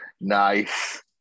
Nice